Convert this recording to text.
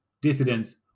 dissidents